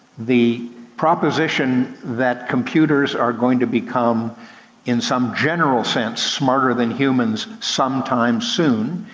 the proposition that computers are going to become in some general sense, smarter than humans, sometime soon,